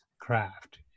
craft